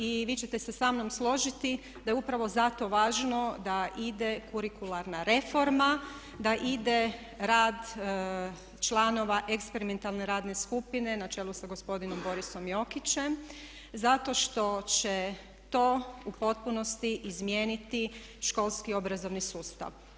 I vi ćete se sa mnom složiti da je upravo zato važno da ide kurikularna reforma, da ide rad članova eksperimentalne radne skupine na čelu s gospodinom Borisom Jokićem zato što će to u potpunosti izmijeniti školski obrazovni sustav.